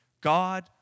God